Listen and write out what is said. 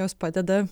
jos padeda